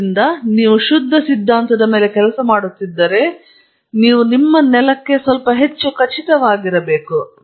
ಆದ್ದರಿಂದ ನೀವು ಶುದ್ಧ ಸಿದ್ಧಾಂತದ ಮೇಲೆ ಕೆಲಸ ಮಾಡುತ್ತಿದ್ದರೆ ನೀವು ನಿಮ್ಮ ನೆಲಕ್ಕೆ ಸ್ವಲ್ಪ ಹೆಚ್ಚು ಖಚಿತವಾಗಿರಬೇಕು